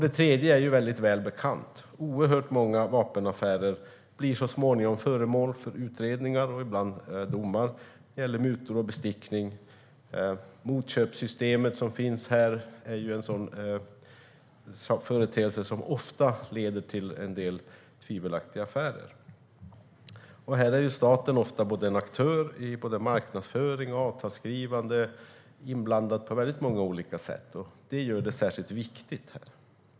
Det tredje är väl bekant, nämligen att oerhört många vapenaffärer så småningom blir föremål för utredningar och ibland domar om mutor och bestickning. Det motköpssystem som finns är en företeelse som ofta leder till en del tvivelaktiga affärer där staten ofta är en aktör i både marknadsföring och avtalsskrivande och är inblandad på många olika sätt. Detta gör det särskilt viktigt här.